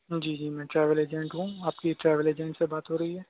جی جی میں travel agent ہوں آپ کی ٹریول ایجنٹ سے بات ہو رہی ہے